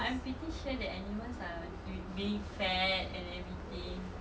I'm pretty sure the animals are being fed and everything